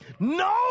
No